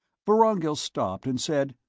vorongil stopped and said,